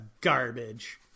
garbage